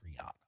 Rihanna